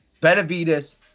Benavides